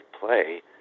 play